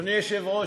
אדוני היושב-ראש,